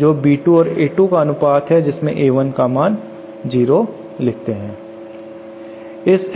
को B2 और A2 के अनुपात के बराबर जिसमें A1 का मान 0 लिख सकता हूं